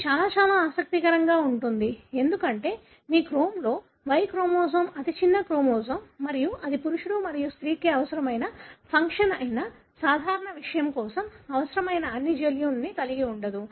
ఇది చాలా చాలా ఆసక్తికరంగా ఉంటుంది ఎందుకంటే మీ క్రోమ్లో Y క్రోమోజోమ్ అతి చిన్న క్రోమోజోమ్ మరియు ఇది పురుషుడు మరియు స్త్రీకి అవసరమైన ఫంక్షన్ అయిన సాధారణ విషయం కోసం అవసరమైన అన్ని జన్యువులను కలిగి ఉండదు